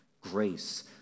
grace